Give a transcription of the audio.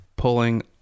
Pulling